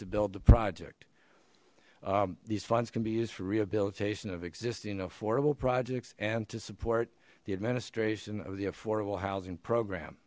to build project these funds can be used for rehabilitation of existing affordable projects and to support the administration of the affordable housing program